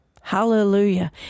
Hallelujah